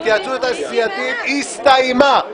ההתייעצות הסיעתית הסתיימה,